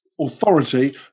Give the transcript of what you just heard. authority